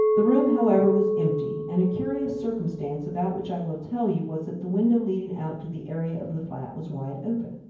the room, however, was empty, and a curious circumstance, about which i will tell you, was that the window leading out to the area of the flat was wide open.